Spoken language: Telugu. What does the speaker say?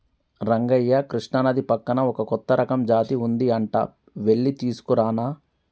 రంగయ్య కృష్ణానది పక్కన ఒక కొత్త రకం జాతి ఉంది అంట వెళ్లి తీసుకురానా